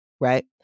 right